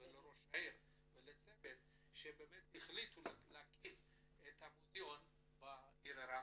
ולראש העיר ולצוות שבאמת החליטו להקים את המוזיאון בעיר רמלה.